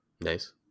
Nice